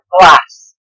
glass